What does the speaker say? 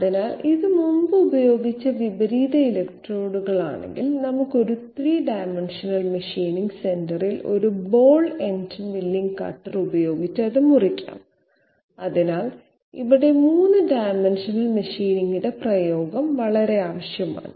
അതിനാൽ ഇത് മുമ്പ് ഉപയോഗിച്ച വിപരീത ഇലക്ട്രോഡാണെങ്കിൽ നമുക്ക് ഒരു 3 ഡൈമൻഷണൽ മെഷീനിംഗ് സെന്ററിൽ ഒരു ബോൾ എൻഡ് മില്ലിംഗ് കട്ടർ ഉപയോഗിച്ച് അത് മുറിക്കാം അതിനാൽ ഇവിടെ 3 ഡൈമൻഷണൽ മെഷീനിംഗിന്റെ പ്രയോഗം വളരെ ആവശ്യമാണ്